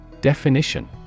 Definition